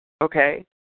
Okay